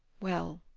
well,